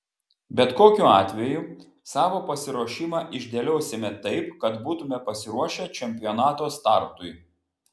bet kokiu atveju savo pasiruošimą išdėliosime taip kad būtumėme pasiruošę čempionato startui